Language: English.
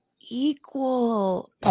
equal